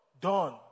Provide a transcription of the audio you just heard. done